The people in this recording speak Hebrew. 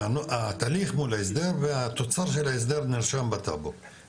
התהליך מול ההסדר ,והתוצר של ההסדר נרשם בטאבו,